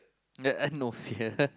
uh no fear